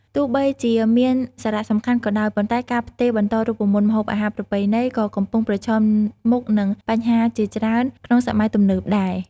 ទោះបីជាមានសារៈសំខាន់ក៏ដោយ ប៉ុន្តែការផ្ទេរបន្តរូបមន្តម្ហូបអាហារប្រពៃណីក៏កំពុងប្រឈមមុខនឹងបញ្ហាជាច្រើនក្នុងសម័យទំនើបដែរ។